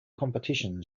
competition